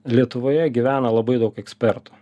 lietuvoje gyvena labai daug ekspertų